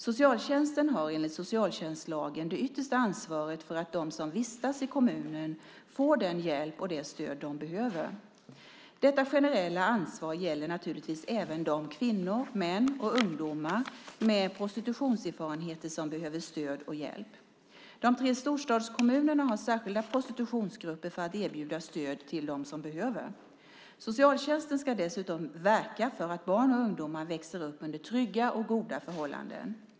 Socialtjänsten har enligt socialtjänstlagen det yttersta ansvaret för att de som vistas i kommunen får den hjälp och det stöd de behöver. Detta generella ansvar gäller naturligtvis även de kvinnor, män och ungdomar med prostitutionserfarenheter som behöver stöd och hjälp. De tre storstadskommunerna har särskilda prostitutionsgrupper för att erbjuda stöd till dem som behöver. Socialtjänsten ska dessutom verka för att barn och ungdomar växer upp under trygga och goda förhållanden.